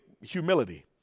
humility